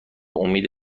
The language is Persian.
امید